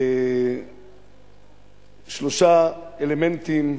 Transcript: שלושה אלמנטים,